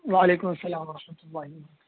وعلیکم السلام و رحمتہ اللہ